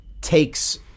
takes